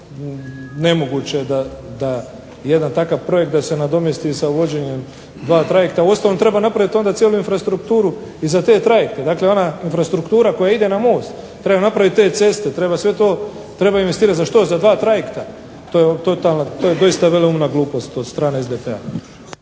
nemoguće da jedan takav projekt da se nadomjesti sa uvođenjem dva trajekta. Uostalom treba napraviti cijelu infrastrukturu i za te trajekte, dakle ona struktura koja ide na most, treba napraviti te ceste, treba sve to treba investirati za što, za dva trajekta. To je totalna veleumna glupost od strane SDP-a.